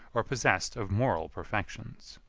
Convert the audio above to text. or possessed of moral perfections.